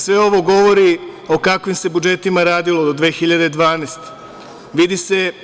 Sve ovo govori o kakvim se budžetima radilo do 2012. godine.